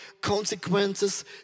Consequences